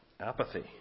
apathy